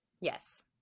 yes